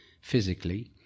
physically